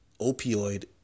opioid